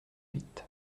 huit